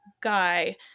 guy